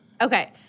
Okay